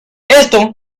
esto